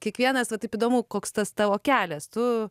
kiekvienas va taip įdomu koks tas tavo kelias tu